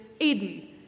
Aiden